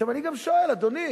אדוני,